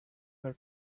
were